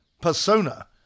persona